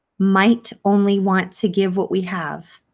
might only want to give what we have.